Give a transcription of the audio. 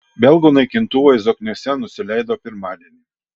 belgų naikintuvai zokniuose nusileido pirmadienį